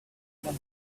the